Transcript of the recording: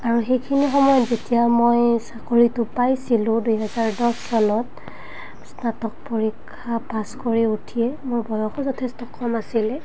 আৰু সেইখিনি সময়ত যেতিয়া মই চাকৰিটো পাইছিলোঁ দুহেজাৰ দহ চনত স্নাতক পৰীক্ষা পাছ কৰি উঠিয়ে মোৰ বয়সো যথেষ্ট কম আছিলে